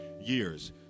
years